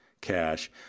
cash